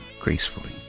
gracefully